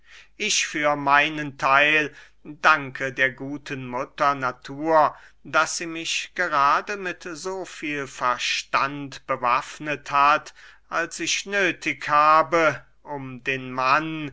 ich für meinen theil danke der guten mutter natur daß sie mich gerade mit so viel verstand bewaffnet hat als ich nöthig habe um den mann